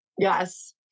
Yes